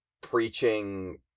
preaching